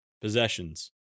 possessions